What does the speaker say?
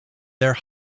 their